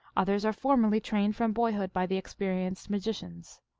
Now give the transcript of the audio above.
others are formally trained from boyhood by the experienced magicians.